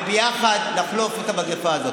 ויחד תחלוף המגפה הזאת.